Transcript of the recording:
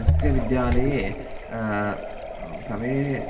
अस्य विद्यालये प्रवेशः